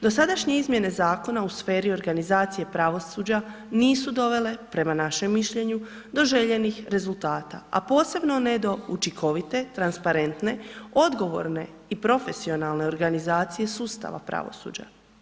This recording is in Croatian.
Dosadašnje izmjene zakona u sferi organizacije pravosuđa nisu dovele prema našem mišljenju do željenih rezultata a posebno ne do učinkovite, transparentne, odgovorne i profesionalne organizacije sustava pravosuđa.